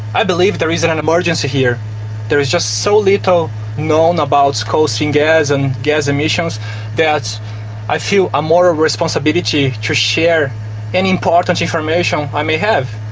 i believe there is and an emergency here there is just so little known about coal seam gas and gas emissions that i feel a moral responsibility to share any important information i may have.